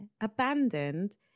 Abandoned